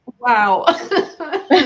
wow